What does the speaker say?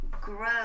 Grow